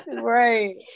right